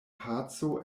paco